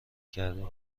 کردهایم